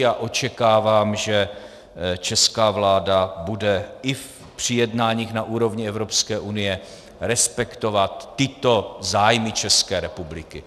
A očekávám, že česká vláda bude i při jednáních na úrovni Evropské unie respektovat tyto zájmy České republiky.